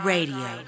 Radio